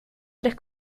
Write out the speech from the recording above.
tres